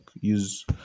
use